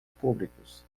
públicos